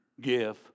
give